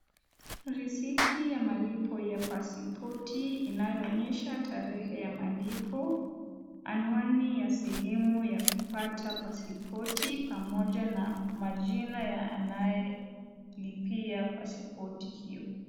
Risiti ya malipo ya pasipoti inayoonyesha tarehe ya malipo, anwani ya sehemu ya kupata pasipoti pamoja na majina ya anayelipia pasipoti hiyo.